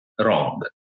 wrong